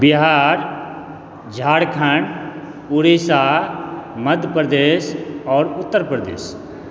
बिहार झारखण्ड ऊड़ीशा मध्यप्रदेश आओर उत्तरप्रदेश